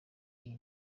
iyi